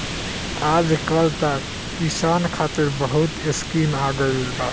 आजकल त किसान खतिर बहुत स्कीम आ गइल बा